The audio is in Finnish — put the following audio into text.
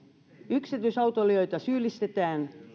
yksityisautoilijoita syyllistetään